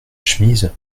chemise